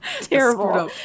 Terrible